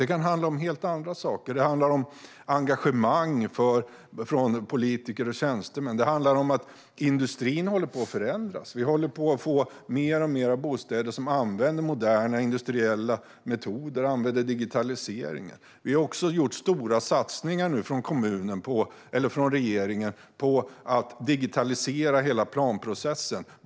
Det kan handla om helt andra saker, som engagemang från politiker och tjänstemän och att industrin håller på att förändras. Vi håller på att få mer och mer bostäder som använder moderna industriella metoder och digitalisering. Regeringen har också gjort stora satsningar på att digitalisera hela planprocessen.